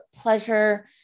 pleasure